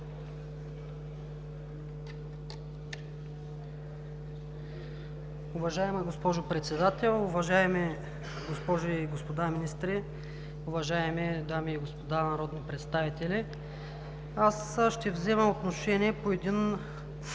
Уважаема госпожо Председател, уважаеми госпожи и господа министри, уважаеми дами и господа народни представители! Ще взема отношение по един друг